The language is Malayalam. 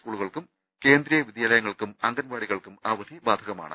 സ്കൂളുകൾക്കും കേന്ദ്രീയ വിദ്യാ ലയങ്ങൾക്കും അങ്കൻവാടികൾക്കും അവധി ബാധകമാണ്